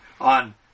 on